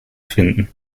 finden